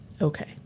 Okay